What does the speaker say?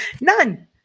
None